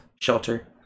shelter